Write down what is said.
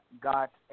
got